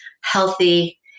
healthy